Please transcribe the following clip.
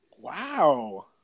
Wow